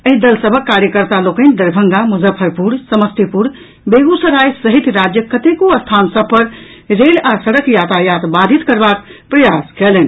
एहि दल सभक कार्यकर्ता लोकनि दरभंगा मुजफ्फरपुर समस्तीपुर बेगूसराय सहित राज्यक कतेको स्थान सभ पर रेल आ सड़क यातायात बाधित करबाक प्रयास कयलनि